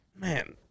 man